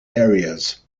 areas